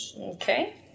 Okay